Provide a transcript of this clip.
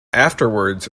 afterwards